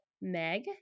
meg